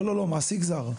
לא לא, מעסיק זר.